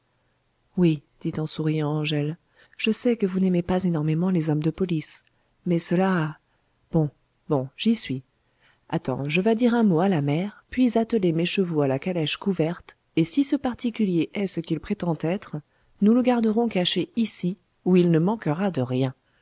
oui dit en souriant angèle je sais que vous n'aimez pas énormément les hommes de police mais cela bon bon j'y suis attends je vas dire un mot à la mère puis atteler mes chevaux à la calèche couverte et si ce particulier est ce qu'il prétend être nous le garderons caché ici où il ne manquera de rien